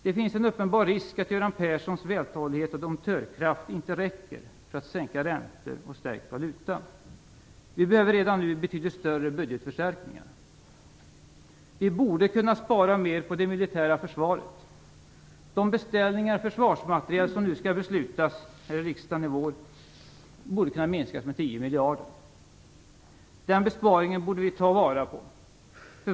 Det finns en uppenbar risk att Göran Perssons vältalighet och domptörkraft inte räcker för att sänka räntor och stärka valutan. Vi behöver redan nu betydligt större budgetförstärkningar. Vi borde kunna spara på det militära försvaret. De beställningar av försvarsmateriel som skall beslutas här i riksdagen nu i vår bör kunna minskas med 10 miljarder. Den besparingen borde vi ta vara på.